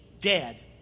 dead